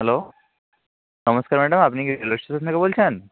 hello নমস্কার madam আপনি কি রেলওয়ে স্টেশন থেকে বলছেন